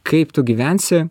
kaip tu gyvensi